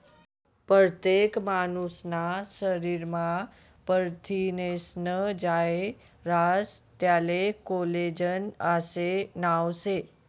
परतेक मानूसना शरीरमा परथिनेस्नं जायं रास त्याले कोलेजन आशे नाव शे